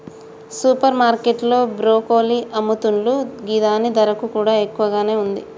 super market లో broccoli అమ్ముతున్లు గిదాని ధర కూడా ఎక్కువగానే ఉంది